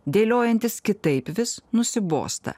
dėliojantis kitaip vis nusibosta